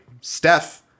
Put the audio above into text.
Steph